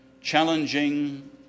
challenging